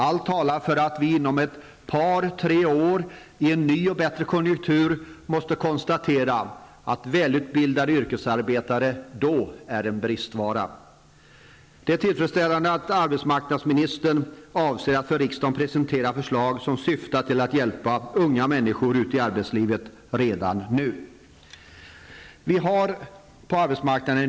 Allt talar för att vi inom ett par tre år i en ny och bättre konjunktur måste konstatera att välutbildade yrkesarbetare är en bristvara. Det är tillfredsställande att arbetsmarknadsministern avser att för riksdagen presentera förslag som syftar till att hjälpa unga människor ut i arbetslivet redan nu. Vi har en ny situation på arbetsmarknaden.